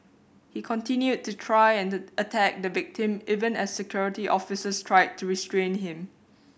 he continued to try and the attack the victim even as Security Officers tried to restrain him